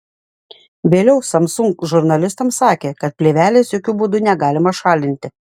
vėliau samsung žurnalistams sakė kad plėvelės jokiu būdu negalima šalinti